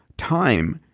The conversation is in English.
time,